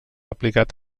aplicat